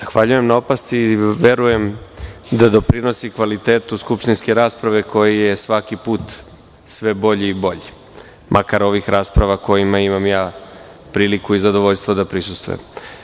Zahvaljujem na opasci i verujem da doprinosi kvalitetu skupštinske rasprave koji je svaki put sve bolji i bolji, makar ove rasprave kojima ja imam priliku i zadovoljstvo da prisustvujem.